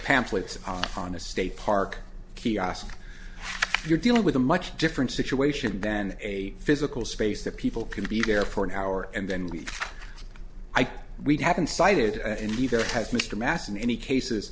pamphlets on a state park kiosk you're dealing with a much different situation than a physical space that people can be there for an hour and then we i think we'd have incited in either as mr masson any cases